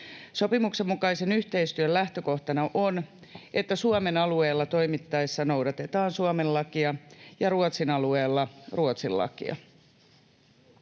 Sopimuksen mukaisen yhteistyön lähtökohtana on, että Suomen alueella toimittaessa noudatetaan Suomen lakia ja Ruotsin alueella Ruotsin lakia.